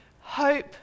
hope